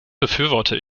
befürworte